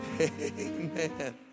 Amen